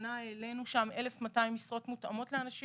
השנה העלינו שם 1,200 משרות מותאמות לאנשים